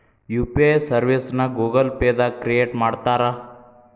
UPI ಸರ್ವಿಸ್ನ Google Pay ದಾಗ create ಮಾಡ್ತಾರಾ